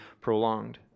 prolonged